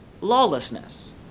lawlessness